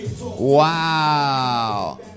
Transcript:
Wow